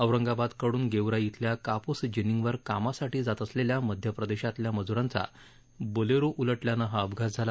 औरंगाबाद कडून गेवराई इथल्या कापूस जिनिंगवर कामासाठी जात असलेल्या मध्यप्रदेशातल्या मज्रांचा बोलेरो उलटल्यानं हा अपघात झाला